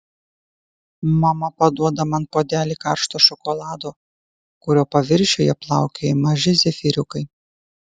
mama paduoda man puodelį karšto šokolado kurio paviršiuje plaukioja maži zefyriukai